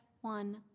one